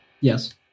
Yes